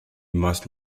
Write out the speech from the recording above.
must